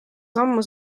sammu